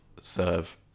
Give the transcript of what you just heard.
serve